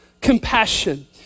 compassion